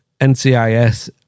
NCIS